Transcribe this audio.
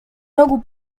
rogu